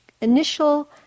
initial